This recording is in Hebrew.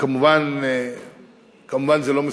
וכמובן זה לא מספק.